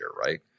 right